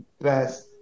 best